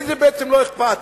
לי זה בעצם לא אכפת.